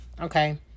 okay